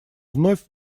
вновь